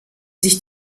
sich